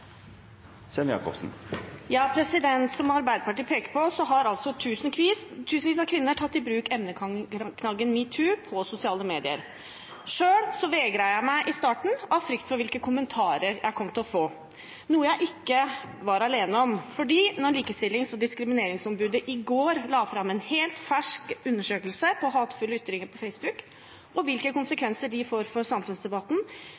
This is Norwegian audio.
har tusenvis av kvinner tatt i bruk emneknaggen #metoo på sosiale medier. Selv vegret jeg meg i starten av frykt for hvilke kommentarer jeg kom til å få, noe jeg ikke var alene om, for da Likestillings- og diskrimineringsombudet i går la fram en helt fersk undersøkelse om hatefulle ytringer på Facebook og hvilke